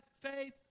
faith